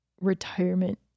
retirement